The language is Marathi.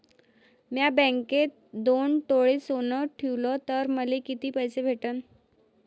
म्या बँकेत दोन तोळे सोनं ठुलं तर मले किती पैसे भेटन